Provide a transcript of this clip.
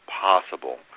possible